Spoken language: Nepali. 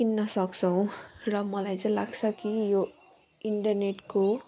किन्न सक्छौँ र मलाई चाहिँ लाग्छ कि यो इन्टरनेटको